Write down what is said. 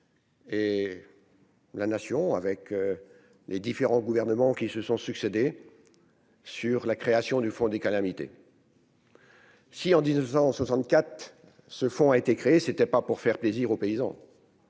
Et la nation avec les différents gouvernements qui se sont succédé sur la création du fonds des calamités. Si en 1964 ce fonds a été créé, c'était pas pour faire plaisir aux paysans.